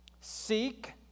seek